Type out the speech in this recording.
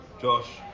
Josh